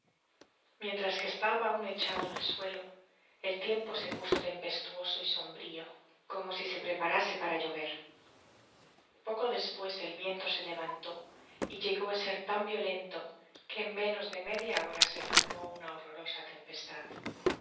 mientras que estaba aun echado en el suelo el tiempo m puso tempestuoso y sombrio como si se preparase para mover poco despues el viento se levantó y llegó a ser tan violento que en menos de media hora se formó una horrorosa tempestad